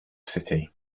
city